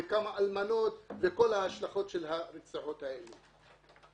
על כמה אלמנות ועל כל ההשלכות של הרציחות האלה.